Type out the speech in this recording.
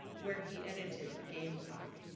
where he edited the gamecock.